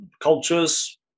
cultures